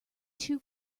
two